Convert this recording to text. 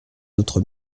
notre